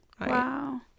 Wow